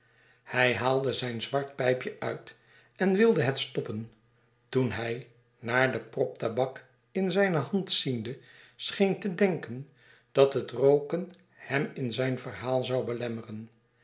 hij haalde zijn zwart pijpje uit en wilde het stoppen toen hij naar de prop tabak in zijne hand ziende scheen te denken dat het rooken hem in zijn verhaal zou belemmeren